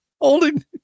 holding